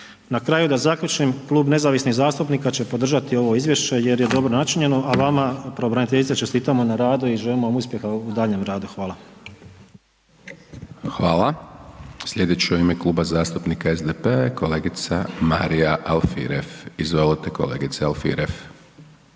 Na kraju da zaključim, Klub nezavisnih zastupnika će podržati ovo izvješće jer je dobro načinjeno, a vama pravobraniteljice čestitamo na radu i želimo vam uspjeha u daljnjem radu. Hvala. **Hajdaš Dončić, Siniša (SDP)** Hvala. Slijedeći u ime Kluba zastupnika SDP-a je kolegica Marija Alfirev, izvolite kolegice Alfirev.